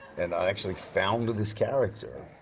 and i actually founded this character.